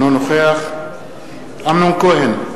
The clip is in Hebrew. אינו נוכח אמנון כהן,